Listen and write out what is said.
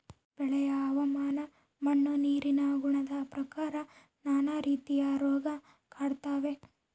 ಬೆಳೆಯ ಹವಾಮಾನ ಮಣ್ಣು ನೀರಿನ ಗುಣದ ಪ್ರಕಾರ ನಾನಾ ರೀತಿಯ ರೋಗ ಕಾಡ್ತಾವೆ